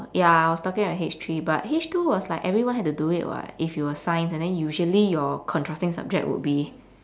ya I was talking like H three but H two was like everyone have to do it [what] if you were science and usually your contrasting subject would be